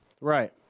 Right